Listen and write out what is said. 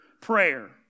prayer